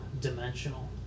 dimensional